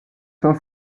saint